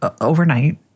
overnight